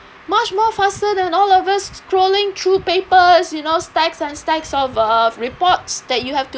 much more faster than all of us scrolling through papers you know stacks and stacks of uh reports that you have to